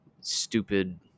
stupid